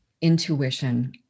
intuition